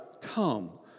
Come